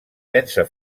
pensa